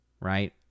right